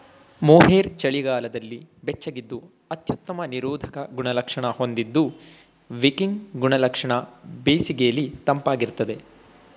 mohair ಚಳಿಗಾಲದಲ್ಲಿ ಬೆಚ್ಚಗಿದ್ದು ಅತ್ಯುತ್ತಮ ನಿರೋಧಕ ಗುಣಲಕ್ಷಣ ಹೊಂದಿದ್ದು ವಿಕಿಂಗ್ ಗುಣಲಕ್ಷಣ ಬೇಸಿಗೆಲಿ ತಂಪಾಗಿರ್ತದೆ